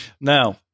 Now